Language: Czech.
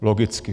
Logicky.